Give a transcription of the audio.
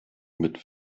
mit